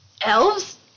Elves